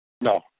No